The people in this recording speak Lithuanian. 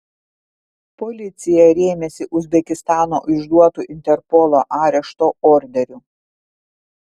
policija rėmėsi uzbekistano išduotu interpolo arešto orderiu